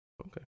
Okay